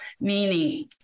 meaning